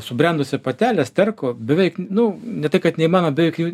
subrendusią patelę sterko beveik nu ne tai kad neįmanoma be jokių